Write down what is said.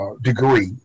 degree